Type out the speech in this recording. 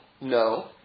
no